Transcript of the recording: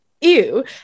ew